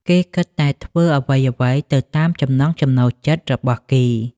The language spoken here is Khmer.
គេគិតតែពីធ្វើអ្វីៗទៅតាមចំណង់ចំណូលចិត្តរបស់គេ។